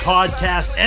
Podcast